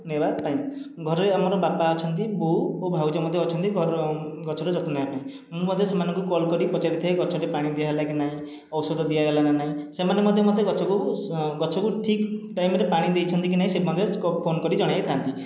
ନେବା ପାଇଁ ଘରେ ଆମର ବାପା ଅଛନ୍ତି ବୋଉ ଓ ଭାଉଜ ମଧ୍ୟ ଅଛନ୍ତି ଘର ଗଛର ଯତ୍ନ ନବାପାଇଁ ମୁଁ ମଧ୍ୟ ସେମାନଙ୍କୁ କଲ୍ କରି ପଚାରିଥାଏ ଗଛରେ ପାଣି ଦିଆ ହେଲା କି ନାଇଁ ଔଷଧ ଦିଆଗଲା ନା ନାଇଁ ସେମାନେ ମଧ୍ୟ ମତେ ଗଛକୁ ଗଛକୁ ଠିକ୍ ଟାଇମ୍ ରେ ପାଣି ଦେଇଛନ୍ତି କି ନାଇଁ ସେ ମତେ ଫୋନ୍ କରି ଜଣାଇଥାନ୍ତି